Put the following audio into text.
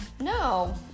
No